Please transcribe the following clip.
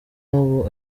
ubu